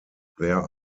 there